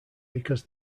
because